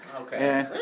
Okay